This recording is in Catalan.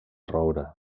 roure